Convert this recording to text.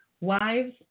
wives